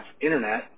internet